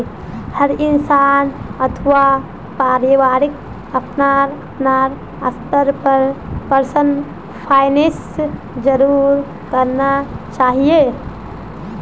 हर इंसान अथवा परिवारक अपनार अपनार स्तरेर पर पर्सनल फाइनैन्स जरूर करना चाहिए